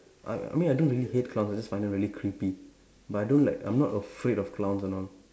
I I mean I don't really hate clowns I just find them really creepy but I don't like I'm not afraid of clowns and all